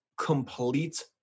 complete